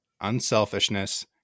unselfishness